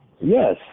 Yes